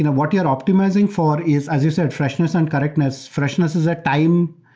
what you're optimizing for is, as you said, freshness and correctness. freshness is a time,